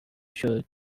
shoot